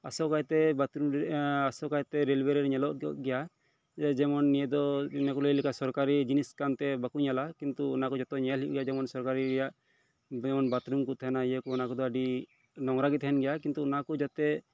ᱟᱥᱚᱠᱟᱭᱛᱮ ᱵᱟᱛᱨᱩᱢ ᱟᱥᱚᱠᱟᱭᱛᱮ ᱨᱮᱞᱳᱣᱮ ᱨᱮ ᱧᱮᱞᱚᱜ ᱜᱮᱭᱟ ᱡᱮᱢᱚᱱ ᱱᱤᱭᱟᱹ ᱫᱚ ᱚᱱᱮ ᱠᱚ ᱞᱟᱹᱭ ᱞᱮᱠᱟ ᱥᱚᱨᱠᱟᱨᱤ ᱡᱤᱱᱤᱥ ᱠᱟᱱ ᱛᱮ ᱵᱟᱠᱚ ᱧᱮᱞᱟ ᱠᱤᱱᱛᱩ ᱚᱱᱟ ᱠᱚ ᱡᱷᱚᱛᱚ ᱧᱮᱞ ᱦᱳᱭᱳᱜᱼᱟ ᱡᱮᱢᱚᱱ ᱥᱚᱨᱠᱟᱨᱤᱭᱟᱜ ᱡᱮᱢᱚᱱ ᱵᱟᱛᱷᱨᱩᱢ ᱠᱚ ᱛᱟᱦᱮᱱᱟ ᱤᱭᱟᱹ ᱠᱚ ᱚᱱᱟ ᱠᱚᱫᱚ ᱟᱹᱰᱤ ᱱᱚᱜᱽᱨᱟ ᱜᱮ ᱛᱟᱦᱮᱱ ᱜᱮᱭᱟ ᱠᱤᱱᱛᱩ ᱚᱱᱟᱠᱚ ᱡᱟᱛᱮ